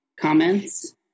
comments